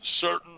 certain